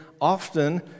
often